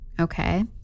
okay